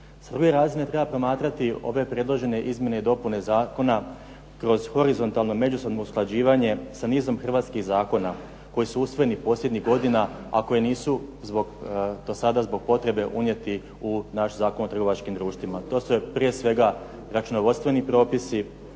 S ... razine treba promatrati ove predložene izmjene i dopune zakona kroz horizontalno međusobno usklađivanje sa nizom hrvatskih zakona koji su usvojeni posljednjih godina, a koji nisu do sada zbog potrebe unijeti u naš Zakon o trgovačkim društvima. To se prije svega računovodstveni propisi,